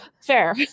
Fair